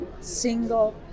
single